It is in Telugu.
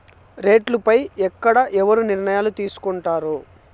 రేట్లు పై ఎక్కడ ఎవరు నిర్ణయాలు తీసుకొంటారు?